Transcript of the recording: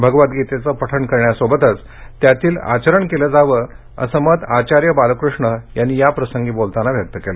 भगवद्गीतेचे पठण करण्यासोबतच त्यातील तत्वांचं आचरण केलं जावं असं मत आचार्य बालकृष्ण यांनी याप्रसंगी बोलताना व्यक्त केले